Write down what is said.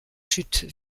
chutes